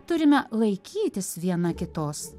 turime laikytis viena kitos